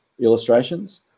illustrations